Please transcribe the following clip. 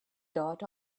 dot